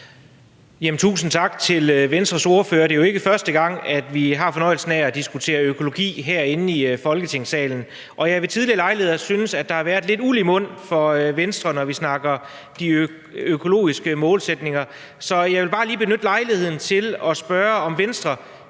Tusind tak til Venstres ordfører. Det er jo ikke første gang, at vi har fornøjelsen af at diskutere økologi her i Folketingssalen. Jeg har ved tidligere lejligheder syntes, at der har været lidt uld i mund hos Venstre, når vi har snakket om de økologiske målsætninger. Så jeg vil bare lige benytte lejligheden til at spørge, om Venstre